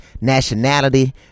nationality